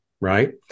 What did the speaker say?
Right